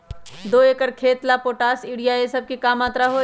दो एकर खेत के ला पोटाश, यूरिया ये सब का मात्रा होई?